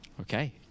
Okay